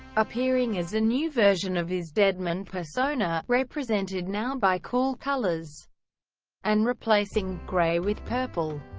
appearing as a new version of his deadman persona, represented now by cool colors and replacing grey with purple.